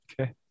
Okay